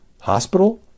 hospital